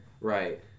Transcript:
Right